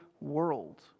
world